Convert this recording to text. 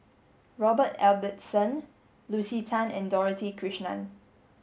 Robert Ibbetson Lucy Tan and Dorothy Krishnan